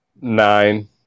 nine